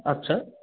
আচ্ছা